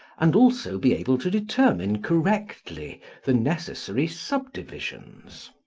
and also be able to determine correctly the necessary subdivisions.